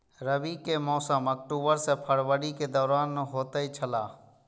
रबी के मौसम अक्टूबर से फरवरी के दौरान होतय छला